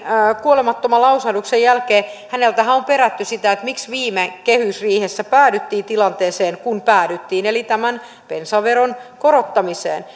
kuolemattoman lausahduksen jälkeen häneltähän on on perätty sitä miksi viime kehysriihessä päädyttiin tilanteeseen johon päädyttiin eli tämän bensaveron korottamiseen